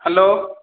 hello